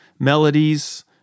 melodies